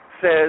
says